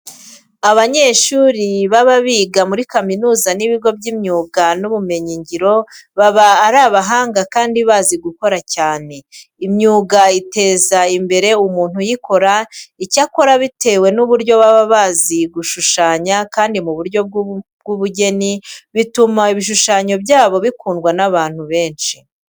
Abanyeshuri baba biga muri kaminuza n'ibigo by'imyuga n'ubumenyingiro baba ari abahanga kandi bazi gukora cyane. Imyuga iteza imbere umuntu uyikora. Icyakora bitewe n'uburyo baba bazi gushushanya kandi mu buryo bw'ubugeni bituma ibishushanyo byabo bikundwa n'abantu benshi.